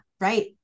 right